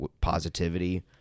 positivity